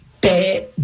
Bad